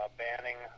banning